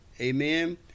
Amen